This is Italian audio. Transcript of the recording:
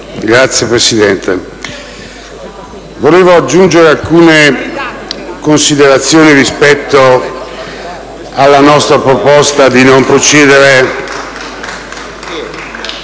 Signor Presidente, vorrei aggiungere alcune considerazioni rispetto alla nostra proposta di non procedere